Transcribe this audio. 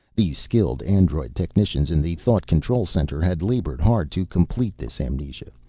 the skilled android technicians in the thought-control center had labored hard to complete this amnesia,